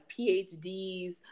PhDs